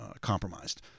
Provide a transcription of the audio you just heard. compromised